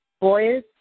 boys